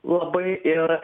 labai ir